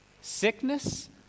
sickness